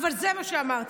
אבל זה מה שאמרתי.